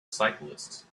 cyclists